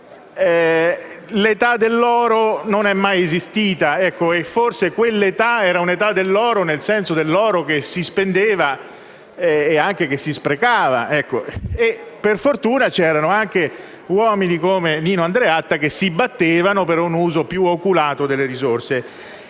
l'età dell'oro non è mai esistita, e forse quell'età era dell'oro nel senso che si spendeva e si sprecava. Per fortuna, c'erano anche uomini come Nino Andreatta che si battevano per un uso più oculato delle risorse.